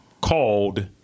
called